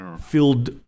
filled